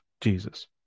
Jesus